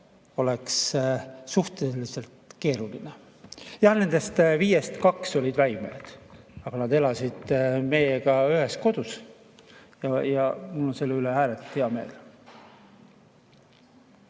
oleks suhteliselt keeruline. Jah, nendest viiest kaks olid väimehed, aga nad elasid meiega ühes kodus ja mul on selle üle ääretult hea meel.